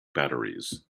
batteries